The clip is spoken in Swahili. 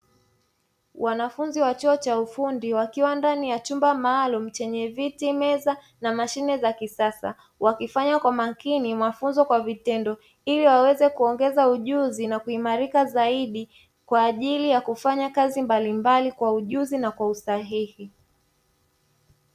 Wanafunzi wa chuo cha ufundi wakiwa ndani ya chumba maalumu, chenye viti, meza na mashine za kisasa, wakifanya kwa umakini mafunzo kwa vitendo ili waweze kuongeza ujuzi na kuimarika zaidi kwa ajili ya kufanya kazi mbalimbali kwa ujuzi na kwa usahihi.